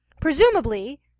Presumably